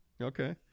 Okay